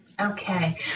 Okay